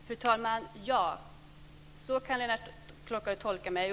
Fru talman! Ja, så kan Lennart Klockare tolka mig.